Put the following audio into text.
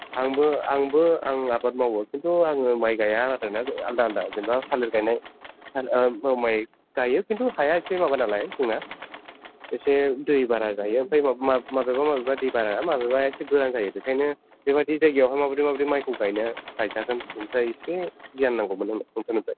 आंबो आंबो आं आबाद मावो खिन्थु आङो माइ गाया आरोना माने आलादा आलादा जेनेबा थालिर गायनाय माइ गायो खिन्थु हाया एसे माबा नालाय जोंना एसे दै बारा जायो ओमफ्राय माबेबा माबेबा दै बारा माबेबा एसे गोरान जायो बेखायनो बेबायदि जायगायावहाय माबादि माबादि मायखौ गायनो गायजागोन बेनिफ्राय एसे गियान नांगौमोन आंनो नोंथांनिफ्राय